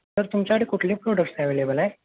sir तुमच्याकडे कुठले products available आहे